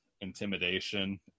intimidation